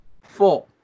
Four